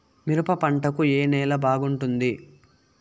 మిరప పంట కు ఏ నేల బాగుంటుంది?